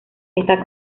está